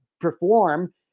perform